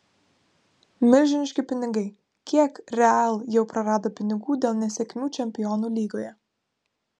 milžiniški pinigai kiek real jau prarado pinigų dėl nesėkmių čempionų lygoje